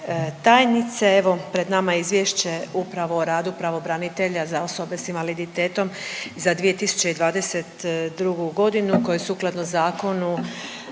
tajnice. Evo pred nama je Izvješće upravo o radu pravobranitelja za osobe s invaliditetom za 2022.g. koje sukladno Zakonu